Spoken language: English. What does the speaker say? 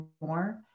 more